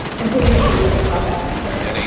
and, please, include a callback number.